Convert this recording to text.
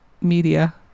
Media